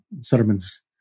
Sutterman's